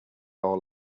all